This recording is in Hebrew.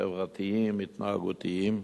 חברתיים והתנהגותיים.